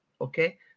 Okay